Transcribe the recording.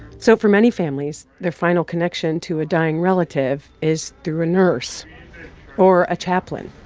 so for many families, their final connection to a dying relative is through a nurse or a chaplain,